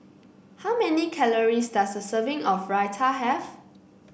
how many calories does a serving of Raita have